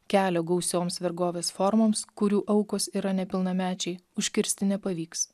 kelio gausioms vergovės formoms kurių aukos yra nepilnamečiai užkirsti nepavyks